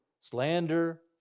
slander